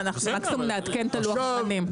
ומקסימום נעדכן את לוח הזמנים.